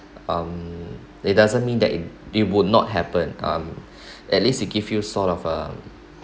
um it doesn't mean that it it would not happen um at least it give you sort of um